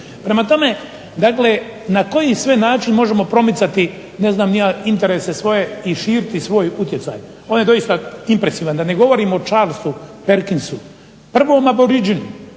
Prema tome, dakle na koji sve način možemo promicati ne znam ni ja interese svoje i širiti svoj utjecaj? On je doista impresivan. Da ne govorim o Charlesu Perkinsu, prvom aboridžinu